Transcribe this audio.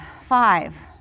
Five